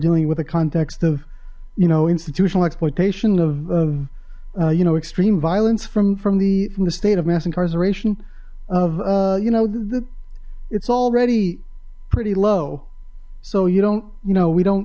dealing with a context of you know institutional exploitation of you know extreme violence from from the from the state of mass incarceration of you know it's already pretty low so you don't you know we don't